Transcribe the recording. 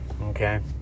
Okay